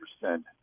percent